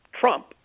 Trump